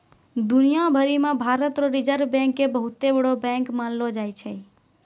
दुनिया भरी मे भारत रो रिजर्ब बैंक के बहुते बड़ो बैंक मानलो जाय छै